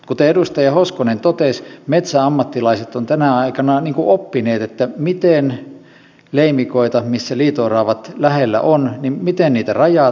kuten edustaja hoskonen totesi metsäammattilaiset ovat tänä aikana oppineet miten leimikoita joiden lähellä liito oravat ovat rajataan ja miten toimitaan